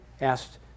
asked